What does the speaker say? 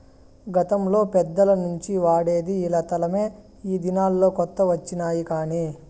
గతంలో పెద్దల నుంచి వాడేది ఇలా తలమే ఈ దినాల్లో కొత్త వచ్చినాయి కానీ